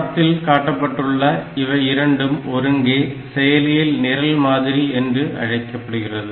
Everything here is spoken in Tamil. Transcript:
படத்தில் காட்டப்பட்டுள்ள இவை இரண்டும் ஒருங்கே செயலியின் நிரல் மாதிரி என்று அழைக்கப்படுகிறது